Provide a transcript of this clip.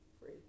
free